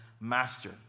master